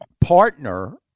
partner